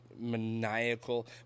Maniacal